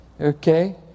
Okay